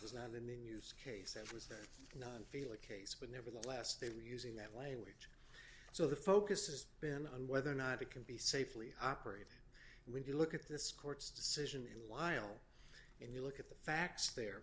the news case that was that nine feel a case but nevertheless they were using that language so the focus has been on whether or not it can be safely operate and when you look at this court's decision in lisle and you look at the facts there